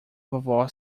vovó